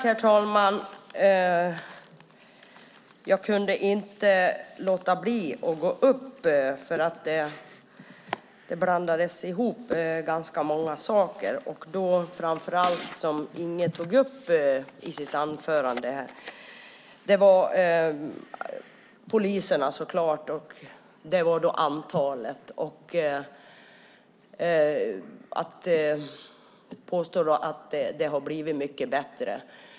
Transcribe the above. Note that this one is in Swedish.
Herr talman! Jag kunde inte låta bli att begära replik eftersom det blandades ihop ganska många saker. Inge Garstedt tog i sitt anförande bland annat upp antalet poliser, och det påstods att det blivit mycket bättre.